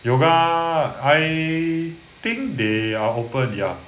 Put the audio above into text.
yoga I think they are opened ya